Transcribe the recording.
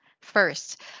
First